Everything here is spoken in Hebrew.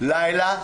לילה,